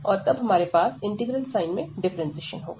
और तब हमारे पास इंटीग्रल साइन में डिफ्रेंसिएशन होगा